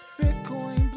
Bitcoin